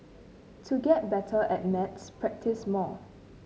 to get better at maths practise more